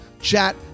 chat